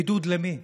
בידוד למי?